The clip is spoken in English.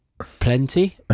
plenty